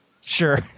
Sure